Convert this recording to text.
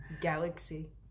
galaxy